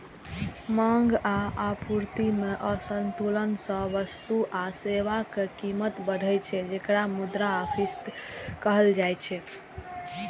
मांग आ आपूर्ति मे असंतुलन सं वस्तु आ सेवाक कीमत बढ़ै छै, जेकरा मुद्रास्फीति कहल जाइ छै